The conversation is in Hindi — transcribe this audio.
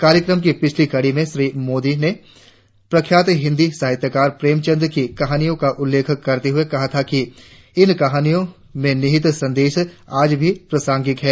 कार्यक्रम की पिछली कड़ी में श्री मोदी ने प्रख्यात हिंदी साहित्यकार प्रेमचंद की कहानियों का उल्लेख करते हुए कहा था कि इन कहानियों में निहित संदेश आज भी प्रासंगिक है